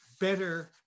better